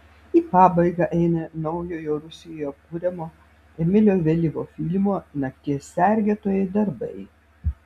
į pabaigą eina naujojo rusijoje kuriamo emilio vėlyvio filmo nakties sergėtojai darbai